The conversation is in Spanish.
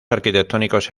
arquitectónicos